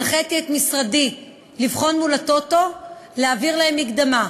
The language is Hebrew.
הנחיתי את משרדי לבחון מול הטוטו להעביר להם מקדמה,